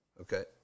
okay